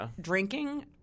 drinking